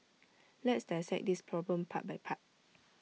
let's dissect this problem part by part